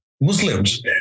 Muslims